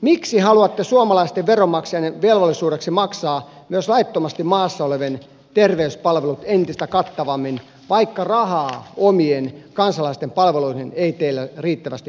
miksi haluatte suomalaisten veronmaksajien velvollisuudeksi maksaa myös laittomasti maassa olevien terveyspalvelut entistä kattavammin vaikka rahaa omien kansalaisten palveluihin ei teillä riittävästi ole